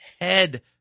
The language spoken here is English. head